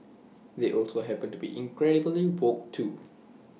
they also happen to be incredibly woke too